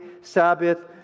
Sabbath